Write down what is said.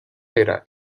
era